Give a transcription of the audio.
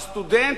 הסטודנט,